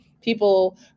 People